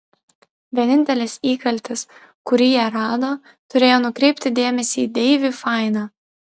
vienintelis įkaltis kurį jie rado turėjo nukreipti dėmesį į deivį fainą